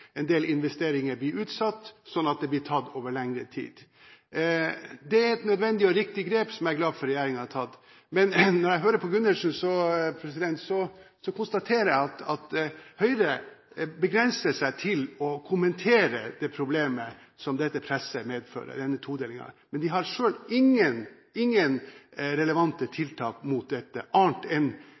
en del felt blir utsatt, slik at dette blir gjort over lengre tid. Det er et nødvendig og et riktig grep, som jeg er glad for at regjeringen har tatt. Når jeg hører på Gundersen, konstaterer jeg at Høyre begrenser seg til å kommentere det problemet som dette presset, denne todelingen, medfører. Selv har de ingen relevante tiltak mot dette, annet